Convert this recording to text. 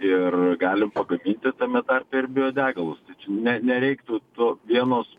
ir galim pagaminti tame tarpe ir biodegalus tai čia ne nereiktų to vienu su